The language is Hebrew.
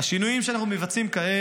אין לי ספק שהשינויים שאנחנו מבצעים כעת,